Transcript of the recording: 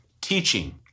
teaching